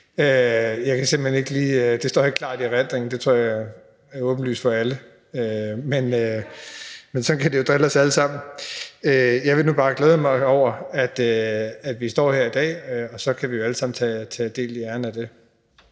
Det står ikke klart i erindringen – det tror jeg er åbenlyst for alle – men sådan kan det jo drille os alle sammen. Jeg vil nu bare glæde mig over, at vi står her i dag, og så kan vi jo alle sammen tage del i æren af det.